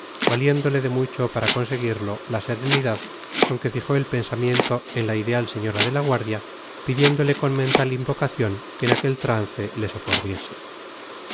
valiéndole de mucho para conseguirlo la serenidad con que fijó el pensamiento en la ideal señora de la guardia pidiéndole con mental invocación que en aquel trance le socorriese